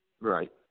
Right